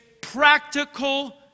practical